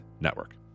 network